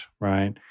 right